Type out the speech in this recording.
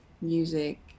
music